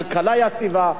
כלכלה יציבה,